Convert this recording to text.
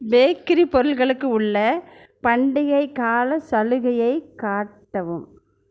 bakery பொருட்களுக்கு உள்ள பண்டிகைக் கால சலுகையை காட்டவும்